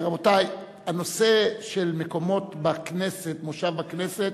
רבותי, הנושא של מקומות בכנסת, מושב בכנסת,